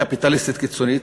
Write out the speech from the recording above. קפיטליסטית קיצונית,